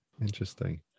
Interesting